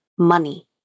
money